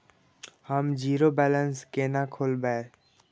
हम zero balance केना खोलैब?